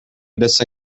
desta